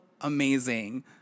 amazing